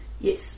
Yes